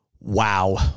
Wow